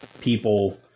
people